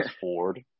Ford